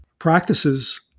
Practices